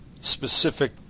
specific